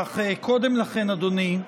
אך קודם לכן, אדוני,